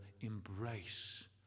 embrace